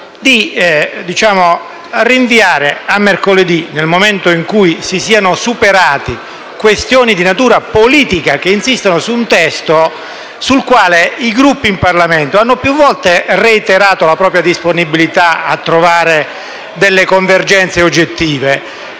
di rinviare a mercoledì, ad un momento in cui si siano superate questioni di natura politica che insistono su un testo sul quale i Gruppi in Parlamento hanno più volte reiterato la propria disponibilità a trovare delle convergenze oggettive.